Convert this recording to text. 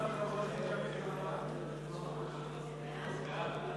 ההצעה להעביר את הצעת חוק מבקר המדינה (תיקון מס'